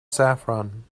saffron